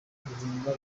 guhunga